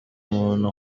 umuntu